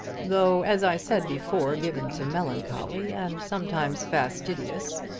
though, as i said before, given to melancholy, and sometimes fastidious.